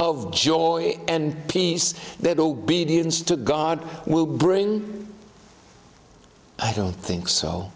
of joy and peace that obedience to god will bring i don't think so